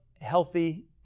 healthy